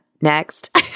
Next